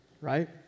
right